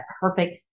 perfect